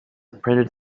printed